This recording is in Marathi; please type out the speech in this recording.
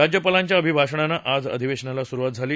राज्यपालांच्या अभिभाषणानं आज अधिवेशनाला सुरुवात झाली